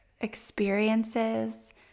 experiences